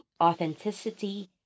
authenticity